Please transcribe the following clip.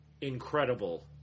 incredible